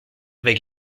avec